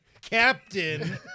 Captain